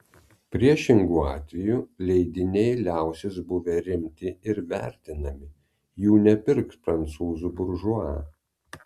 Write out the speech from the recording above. priešingu atveju leidiniai liausis buvę rimti ir vertinami jų nepirks prancūzų buržua